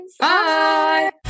Bye